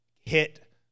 hit